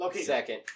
Second